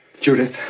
Judith